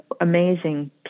amazing